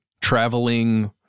traveling